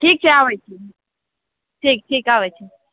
ठीक छै आबैत छी ठीक ठीक आबैत छी